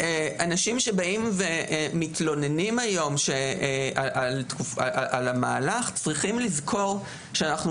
אנשים שמתלוננים היום על המהלך צריכים לזכור שאנחנו